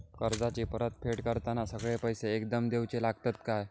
कर्जाची परत फेड करताना सगळे पैसे एकदम देवचे लागतत काय?